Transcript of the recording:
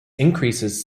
increases